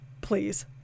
please